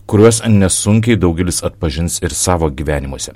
kuriuos nesunkiai daugelis atpažins ir savo gyvenimuose